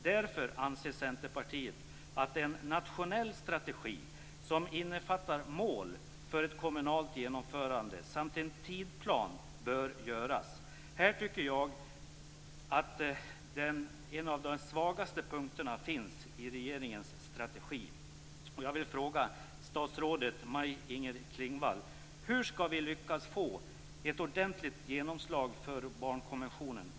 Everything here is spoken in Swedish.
Därför anser Centerpartiet att en nationell strategi som innefattar mål för ett kommunalt genomförande och att en tidsplan bör upprättas. Här finns en av de svagaste punkterna i regeringens strategi. Jag vill då fråga statsrådet Maj-Inger Klingvall: Hur skall vi lyckas att få ett ordentligt genomslag för barnkonventionen?